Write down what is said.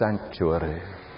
sanctuary